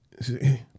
See